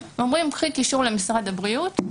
אומרים: קחי קישור למשרד הבריאות,